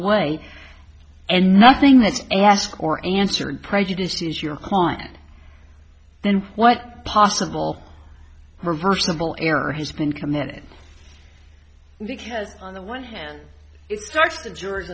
way and nothing that i ask or answered prejudices your client then what possible reversible error he's been committed because on the one hand it starts to jurors